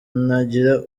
nagira